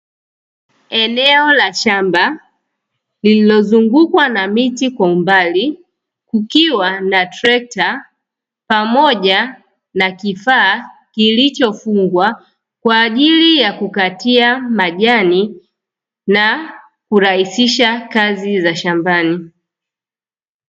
Eneo la shamba lililozungukwa na miti kwa umbali, kukiwa na trekta pamoja na kifaa kilichofungwa kwaajili ya kukatia majani na kurahisisha kazi za shambani.